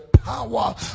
power